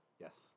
Yes